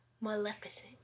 maleficent